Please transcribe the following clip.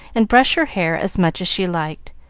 and brush her hair as much as she liked.